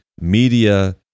media